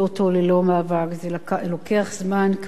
זה לוקח זמן, כמו הרבה דברים בחיים.